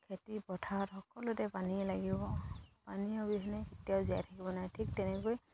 খেতি পথাৰত সকলোতে পানীয়ে লাগিব পানী অবিহনে কেতিয়াও জীয়াই থাকিব নোৱাৰে ঠিক তেনেকৈ